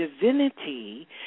divinity